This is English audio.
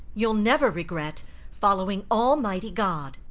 you'll never regret following almighty god,